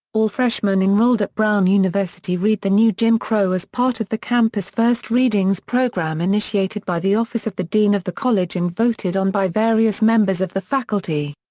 all freshmen enrolled at brown university read the new jim crow as part of the campus' first readings program initiated by the office of the dean of the college and voted on by various members of the faculty.